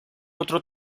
otro